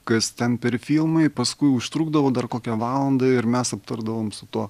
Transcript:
kas ten per filmai paskui užtrukdavau dar kokią valandą ir mes aptardavom su tuo